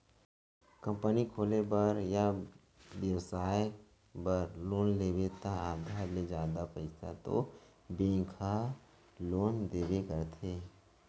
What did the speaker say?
company खोले बर या बेपसाय बर लोन लेबे त आधा ले जादा पइसा तो बेंक ह लोन देबे करथे